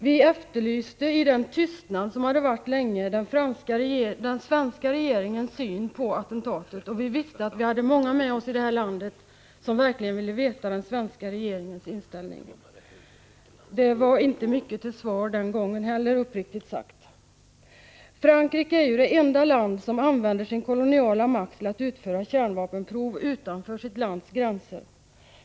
Vi efterlyste i den tystnad som länge hade rått den svenska regeringens syn på attentatet, och vi visste att vi hade många med oss i det här landet som verkligen ville veta den svenska regeringens inställning. Det var inte mycket till svar den gången heller, uppriktigt sagt. Frankrike är det enda land som använder sin koloniala makt till att utföra kärnvapenprov utanför sitt lands gränser.